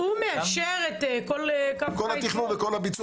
אנחנו מאשרים את כל התכנון וכל הביצוע